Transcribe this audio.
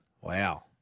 Wow